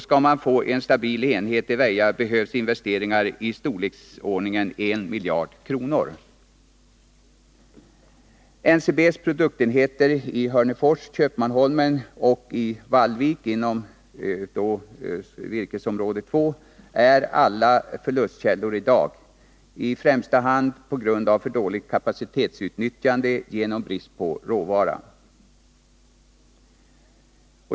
Skall man få en stabil enhet i Väja behövs investeringar i storleksordningen 1 miljard kronor. NCB:s produktionsenheter i Hörnefors, Köpmanholmen och Vallvik, inom virkesområde 2, är alla förlustkällor i dag, i främsta hand på grund av för dåligt kapacitetsutnyttjande genom brist på råvara.